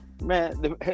man